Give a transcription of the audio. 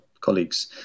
colleagues